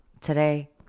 today